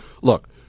look